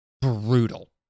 brutal